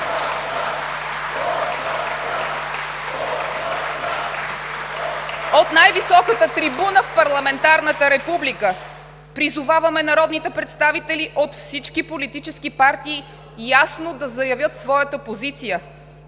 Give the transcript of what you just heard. От най-високата трибуна в парламентарната република призоваваме народните представители от всички политически партии ясно да заявят своята позиция